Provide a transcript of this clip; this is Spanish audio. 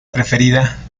preferida